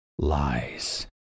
lies